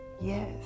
Yes